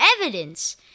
evidence